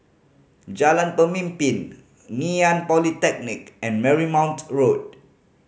Jalan Pemimpin Ngee Ann Polytechnic and Marymount Road